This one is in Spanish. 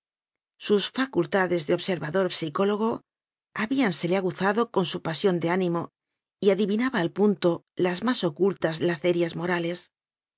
sus facultades de observador psicólogo habíansele aguzado con su pasión de ánimo y adivinaba al punto las más ocultas lace rias morales